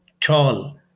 tall